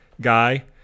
guy